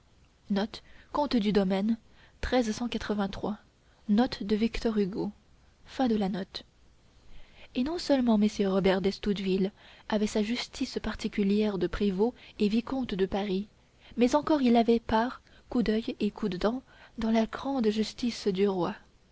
et non seulement messire robert d'estouteville avait sa justice particulière de prévôt et vicomte de paris mais encore il avait part coup d'oeil et coup de dent dans la grande justice du roi